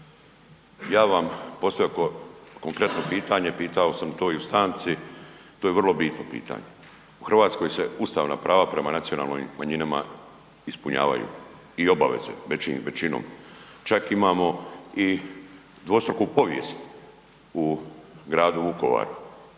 bi vam postavio pitanje, pitao sam to i u stanci, to je vrlo bitno pitanje. U Hrvatskoj se ustavna prava prema nacionalnim manjinama ispunjavaju i obaveze većinom. Čak imamo i dvostruku povijest u gradu Vukovaru